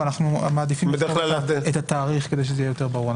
אנחנו מעדיפים לכתוב את התאריך כדי שזה יהיה יותר ברור.